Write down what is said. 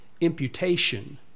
imputation